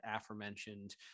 aforementioned